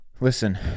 Listen